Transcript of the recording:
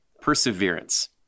perseverance